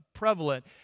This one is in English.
Prevalent